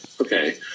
okay